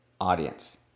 audience